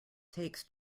takes